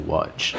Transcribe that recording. Watch